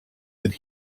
that